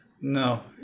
no